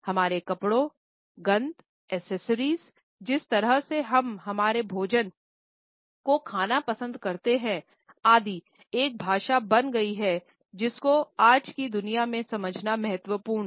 हमारे कपड़ोंगंधएक्सेसरीजजिस तरह से हम हमारे भोजन खाना पसंद करते हैं आदि एक भाषा बन गई है जिस को आज के दुनिया में समझना महत्वपूर्ण है